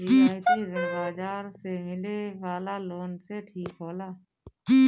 रियायती ऋण बाजार से मिले वाला लोन से ठीक होला